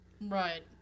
Right